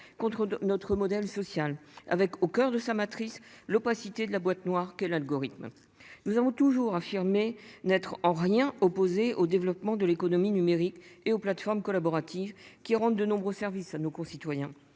contre notre modèle social avec au coeur de sa matrice l'opacité de la boîte noire que l'algorithme. Nous avons toujours affirmé n'être en rien opposé au développement de l'économie numérique et aux plateformes collaboratives qui rendent de nombreux services à nos concitoyens.